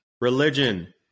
Religion